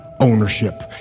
ownership